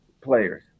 players